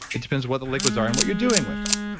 it depends what the liquids are and what you're doing with them.